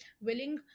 willing